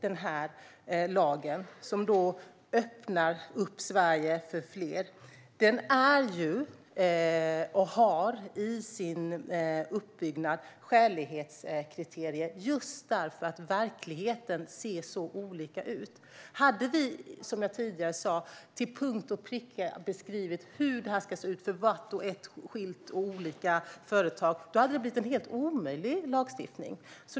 Denna lag, som öppnar upp Sverige för fler, har skälighetskriteriet i sin uppbyggnad just för att verkligheten ser så olika ut. Hade vi, som jag tidigare sa, till punkt och pricka beskrivit hur detta ska se ut för vart och ett enskilt företag hade det blivit en helt omöjlig lagstiftning.